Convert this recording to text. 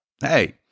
hey